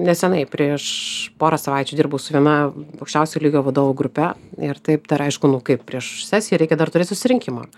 nesenai prieš porą savaičių dirbau su viena aukščiausio lygio vadovų grupe ir taip aišku nu kaip prieš sesiją reikia dar turėt susirinkimą tai